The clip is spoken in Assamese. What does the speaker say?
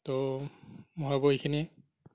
ত' মই ভাবো এইখিনিয়ে